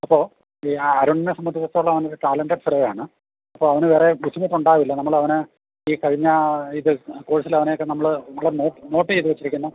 അപ്പോൾ ഈ അരുൺനെ സംബന്ധിച്ചെടുത്തോളം അവനൊരു ടാലൻ്റഡ് ഫെലോയാണ് അപ്പോൾ അവന് വേറെ ബുദ്ധിമുട്ടുണ്ടാവില്ല നമ്മൾ അവനെ ഈ കഴിഞ്ഞ ഇത് കോഴ്സിൽ അവനെയൊക്കെ നമ്മൾ നോട്ട് ചെയ്തു വെച്ചിരിക്കുന്ന